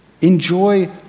Enjoy